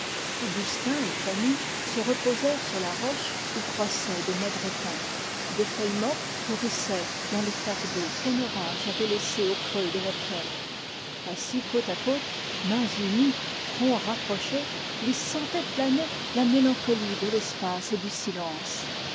augustin et fanny se reposèrent sur la roche où croissaient de maigres pins des feuilles mortes pourrissaient dans les flaques d'eau qu'un orage avait laissées aux creux de la pierre mains unies fronts rapprochés ils sentaient planer la mélancolie de l'espace et du silence